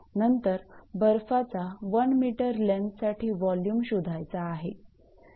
नंतर बर्फाचा one metre लेन्थसाठी वोल्युम शोधायचा आहे